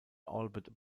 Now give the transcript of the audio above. albert